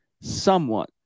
somewhat